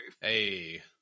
Hey